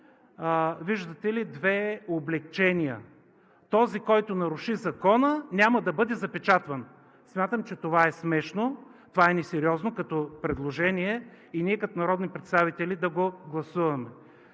виждате ли, две облекчения. Този, който наруши Закона, няма да бъде запечатван. Смятам, че това е смешно. Това е несериозно като предложение и ние като народни представители да го гласуваме.